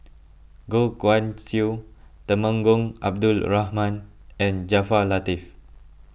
Goh Guan Siew Temenggong Abdul Rahman and Jaafar Latiff